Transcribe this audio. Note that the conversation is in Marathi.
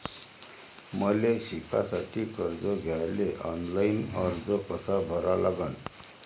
मले शिकासाठी कर्ज घ्याले ऑनलाईन अर्ज कसा भरा लागन?